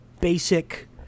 basic